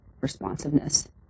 responsiveness